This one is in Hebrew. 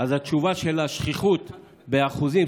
התשובה של השכיחות באחוזים,